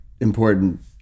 important